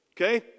okay